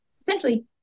essentially